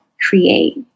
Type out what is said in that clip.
create